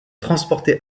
transportés